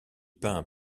peint